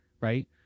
right